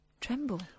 Tremble